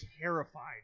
terrified